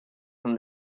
from